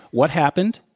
what happened?